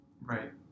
Right